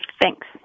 Thanks